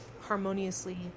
harmoniously